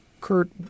Kurt